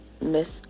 Miss